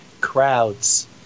crowds